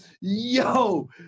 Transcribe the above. Yo